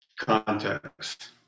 context